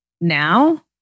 now